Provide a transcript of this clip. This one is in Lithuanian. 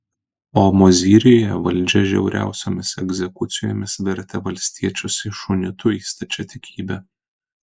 o mozyriuje valdžia žiauriausiomis egzekucijomis vertė valstiečius iš unitų į stačiatikybę